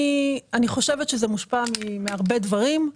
אני חושבת שזה מושפע מהרבה דברים.